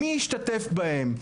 מי השתתף בהן?